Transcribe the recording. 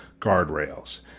guardrails